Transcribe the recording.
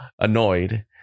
annoyed